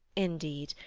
indeed,